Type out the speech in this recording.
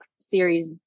series